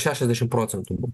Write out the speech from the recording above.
šešiasdešimt procentų